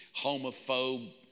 homophobe